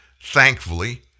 Thankfully